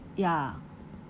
ya